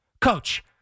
Coach